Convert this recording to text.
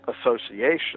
association